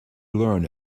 learn